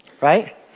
Right